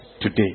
today